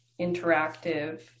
interactive